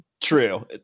true